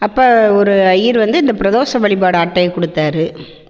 அப்போ ஒரு ஐயர் வந்து இந்த பிரதோஷம் வழிபாடு அட்டையைக் கொடுத்தாரு